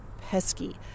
Pesky